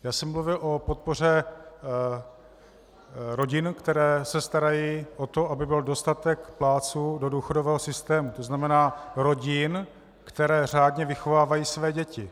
Já jsem mluvil o podpoře rodin, které se starají o to, aby byl dostatek plátců do důchodového systému, tzn. rodin, které řádně vychovávají své děti.